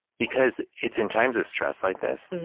because it's in times of stress like this,